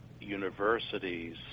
universities